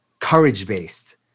courage-based